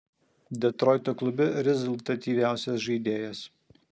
detroito klube rezultatyviausias žaidėjas